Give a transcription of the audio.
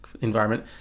environment